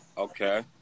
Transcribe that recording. Okay